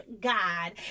god